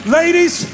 ladies